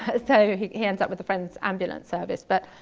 ah so he he ends up with a friend's ambulance service. but